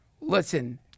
Listen